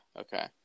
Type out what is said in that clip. okay